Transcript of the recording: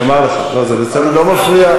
אדוני היושב-ראש, אתה יכול לא להפריע?